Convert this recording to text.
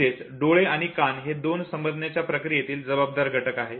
म्हणजेच डोळे आणि कान हे दोन समजण्याच्या प्रक्रियेतील जबाबदार घटक आहे